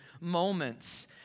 Moments